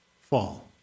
fall